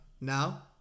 Now